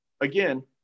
again